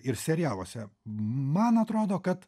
ir serialuose man atrodo kad